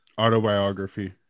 Autobiography